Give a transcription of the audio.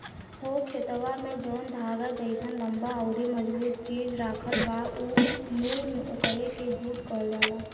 हो खेतवा में जौन धागा जइसन लम्बा अउरी मजबूत चीज राखल बा नु ओकरे के जुट कहल जाला